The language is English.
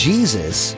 Jesus